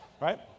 right